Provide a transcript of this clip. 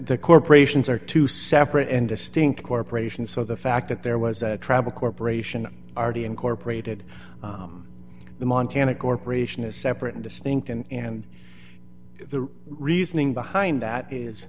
that corporations are two separate and distinct corporations so the fact that there was a travel corporation already incorporated the montana corporation is separate and distinct and and the reasoning behind that is